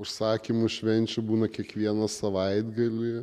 užsakymų švenčių būna kiekvieną savaitgalį